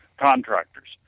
contractors